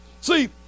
See